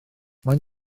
maen